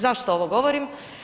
Zašto ovo govorim?